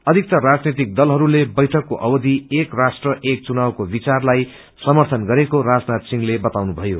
अधिकर राजनितिक दलहरूले बैठकको अविधि एक राष्ट्र एक चुनाव को विचारलाई समर्थन गरेको राजनाथ सिंहले बताउनुभयो